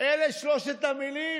אלה שלוש המילים,